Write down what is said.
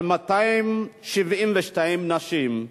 על 272 נשים,